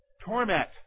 Torment